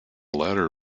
latter